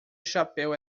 chapéu